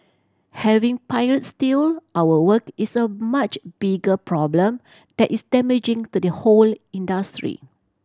having pirates steal our work is a much bigger problem that is damaging to the whole industry